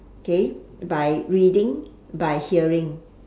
okay by reading by hearing